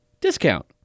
discount